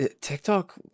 TikTok